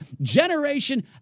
generation